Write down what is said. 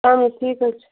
اہن حظ ٹھیٖک حظ چھِ